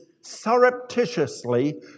surreptitiously